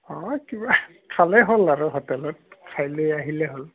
অঁ কিবা খালে হ'ল আৰু হোটেলত খাই লৈ আহিলে হ'ল